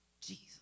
Jesus